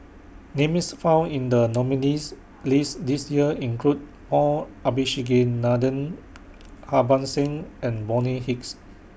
Names found in The nominees' list This Year include Paul Abisheganaden Harbans Singh and Bonny Hicks